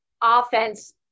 offense